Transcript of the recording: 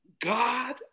God